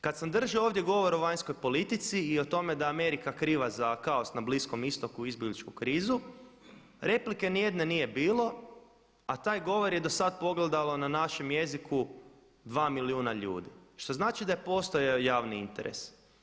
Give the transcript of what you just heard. Kada sam držao ovdje govor o vanjskoj politici i o tome da je Amerika kriva za kaos na Bliskom Istoku i izbjegličku krizu, replike nijedne nije bilo, a taj govor je do sada pogledalo na našem jeziku dva milijuna ljudi, što znači da je postojao javni interes.